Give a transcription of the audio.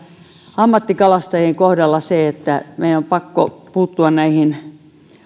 ammattikalastajien kohdalla se että meidän on pakko puuttua näihin